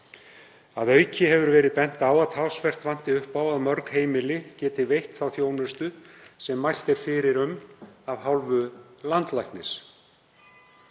Að auki hefur verið bent á að talsvert vanti upp á að mörg heimili geti veitt þá þjónustu sem mælt er fyrir um af hálfu landlæknis.